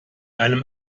einem